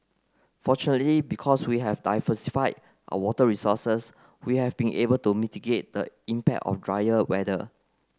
fortunately because we have diversified our water resources we have been able to mitigate the impact of drier weather